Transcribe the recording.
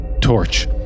torch